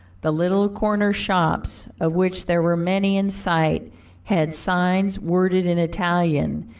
the little corner shops, of which there were many in sight had signs worded in italian,